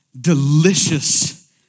delicious